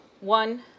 one